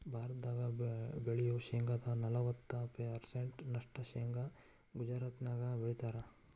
ಭಾರತದಾಗ ಬೆಳಿಯೋ ಶೇಂಗಾದ ನಲವತ್ತ ಪರ್ಸೆಂಟ್ ನಷ್ಟ ಶೇಂಗಾ ಗುಜರಾತ್ನ್ಯಾಗ ಬೆಳೇತಾರ